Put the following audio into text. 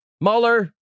Mueller